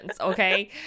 Okay